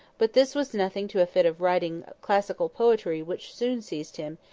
but this was nothing to a fit of writing classical poetry which soon seized him,